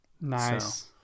nice